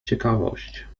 ciekawość